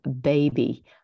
baby